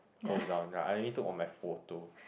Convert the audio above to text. close up I need to on my photo